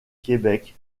québec